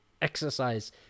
exercise